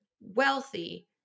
wealthy